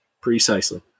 precisely